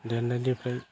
देरनायनिफ्राय